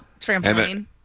Trampoline